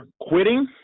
quitting